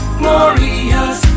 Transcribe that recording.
glorious